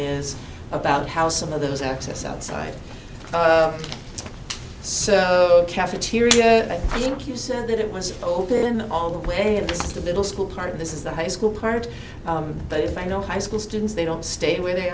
is about how some of those access outside so cafeteria i think you said it was open all the way to the middle school part of this is the high school part but if i know high school students they don't stay where they